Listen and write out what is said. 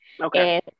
Okay